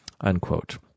Unquote